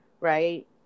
right